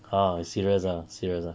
!huh! serious ah serious ah